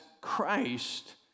Christ